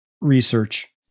research